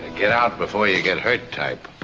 get out before you get hurt type.